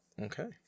Okay